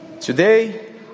Today